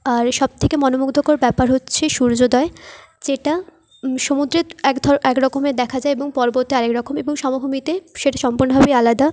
আর সব থেকে মনমুগ্ধকর ব্যাপার হচ্ছে সূর্যোদয় যেটা সমুদ্রে এক রকমের দেখা যায় এবং পর্বতে আরেক রকম এবং সমভূমিতে সেটা সম্পূর্ণভাবেই আলাদা